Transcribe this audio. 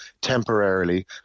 temporarily